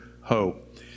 hope